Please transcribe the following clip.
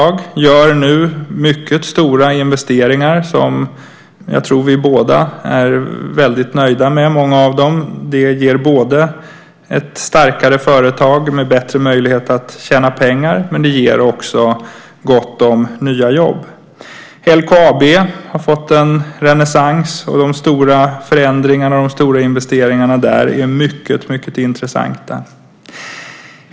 Det gör nu mycket stora investeringar och jag tror att vi båda är väldigt nöjda med många av dem. Det ger ett starkare företag med bättre möjlighet att tjäna pengar. Men det ger också gott om nya jobb. LKAB har fått en renässans. De stora förändringarna och de stora investeringarna där är mycket intressanta.